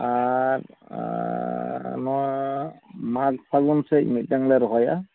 ᱟᱨ ᱟᱨ ᱱᱚᱣᱟ ᱢᱟᱜᱽ ᱯᱷᱟᱹᱜᱩᱱ ᱥᱮᱡ ᱢᱤᱫᱴᱟᱝ ᱞᱮ ᱨᱚᱦᱚᱭᱟ